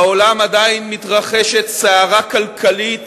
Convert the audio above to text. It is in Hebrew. בעולם עדיין מתרחשת סערה כלכלית